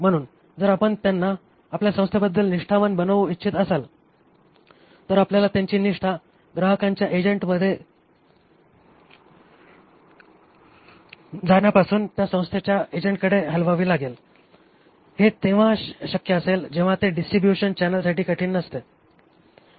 म्हणून जर आपण त्यांना आपल्या संस्थेबद्दल निष्ठावान बनवू इच्छित असाल तर आपल्याला त्यांची निष्ठा ग्राहकांच्या एजंटमध्ये जाण्यापासून त्या संस्थेच्या एजंटकडे हलवावी लागेल आणि हे तेव्हा शक्य असेल जेव्हा ते डिस्ट्रिब्युशन चॅनेलसाठी कठीण नसते